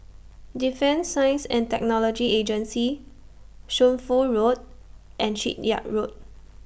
Defence Science and Technology Agency Shunfu Road and Shipyard Road